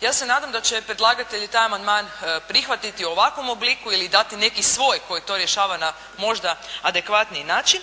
Ja se nadam da će predlagatelji taj amandman prihvatiti u ovakvom obliku ili dati neki svoj koji to rješava na možda adekvatniji način,